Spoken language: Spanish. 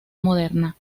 moderna